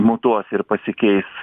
mutuos ir pasikeis